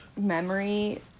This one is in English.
memory